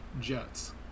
Jets